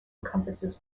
encompasses